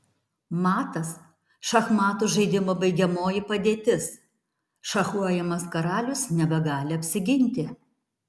matas šachmatų žaidimo baigiamoji padėtis šachuojamas karalius nebegali apsiginti